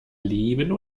leben